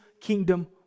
kingdom